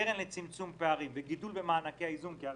לצמצום פערים ועל הגידול במענקי האיזון - זה היה